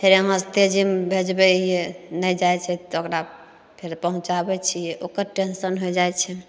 फेर यहाँ तेजीमे भेजबय हियै नहि जाइ छै तऽ ओकरा फेर पहुँचाबय छियै ओकर टेन्शन होइ जाइ छै